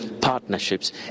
partnerships